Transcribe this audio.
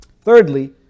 Thirdly